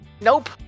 nope